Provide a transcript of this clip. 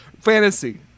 fantasy